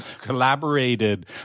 collaborated